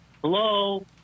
Hello